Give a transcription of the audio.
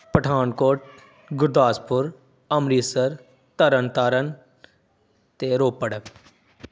ਪਠਾਨਕੋਟ ਗੁਰਦਾਸਪੁਰ ਅੰਮ੍ਰਿਤਸਰ ਤਰਨ ਤਾਰਨ ਅਤੇ ਰੋਪੜ